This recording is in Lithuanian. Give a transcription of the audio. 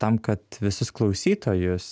tam kad visus klausytojus